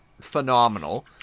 phenomenal